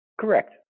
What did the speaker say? Correct